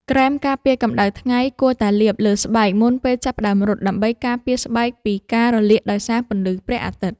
ក្រែមការពារកម្ដៅថ្ងៃ គួរតែលាបលើស្បែកមុនពេលចាប់ផ្ដើមរត់ ដើម្បីការពារស្បែកពីការរលាកដោយសារពន្លឺព្រះអាទិត្យ។